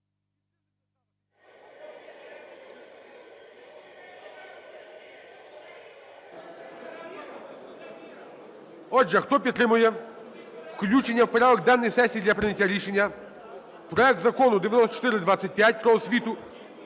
Отже, хто підтримує включення в порядок денний сесії для прийняття рішення проект Закону 9425 "Про освіту",